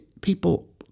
people